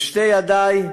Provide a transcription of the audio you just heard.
בשתי ידי,